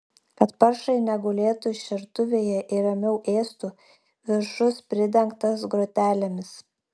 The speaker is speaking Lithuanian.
kad paršai negulėtų šertuvėje ir ramiau ėstų viršus pridengtas grotelėmis